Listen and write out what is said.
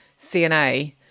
CNA